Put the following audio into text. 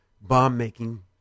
bomb-making